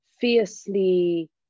fiercely